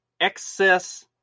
excess